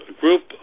group